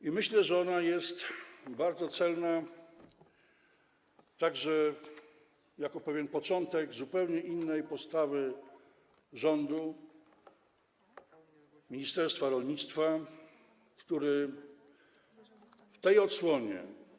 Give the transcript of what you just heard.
I myślę, że ona jest bardzo celna także jako pewien początek zupełnie innej postawy rządu, ministerstwa rolnictwa, który w tej odsłonie.